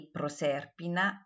Proserpina